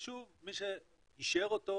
ושוב, מי שאישר אותו,